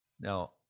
Now